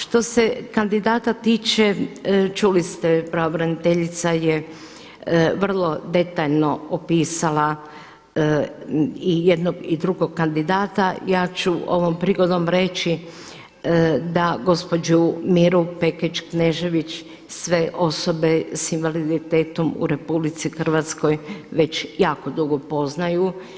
Što se kandidata tiče čuli ste pravobraniteljica je vrlo detaljno opisala i jednog i drugog kandidata, ja ću ovom prigodom reći da gospođu Miru Pekić Knežević sve osobe s invaliditetom u RH već jako dugo poznaju.